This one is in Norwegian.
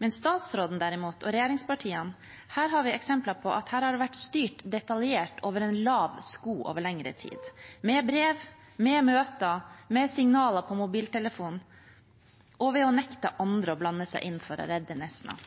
Men når det derimot gjelder statsråden og regjeringspartiene, har vi eksempler på at det har vært styrt detaljert over en lav sko over lengre tid – med brev, med møter, med signaler på mobiltelefonen og ved å nekte andre å blande